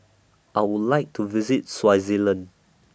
I Would like to visit Swaziland